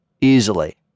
easily